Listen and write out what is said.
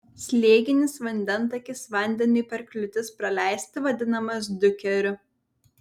slėginis vandentakis vandeniui per kliūtis praleisti vadinamas diukeriu